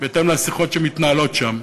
בהתאם לשיחות שמתנהלות שם.